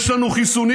יש לנו חיסונים.